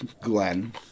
Glenn